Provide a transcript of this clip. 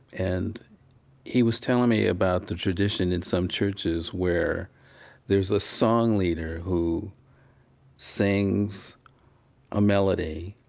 and he was telling me about the tradition in some churches where there's a song leader who sings a melody,